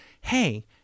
hey